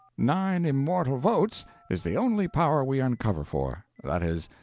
nine immortal votes is the only power we uncover for that is,